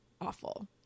awful